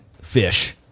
fish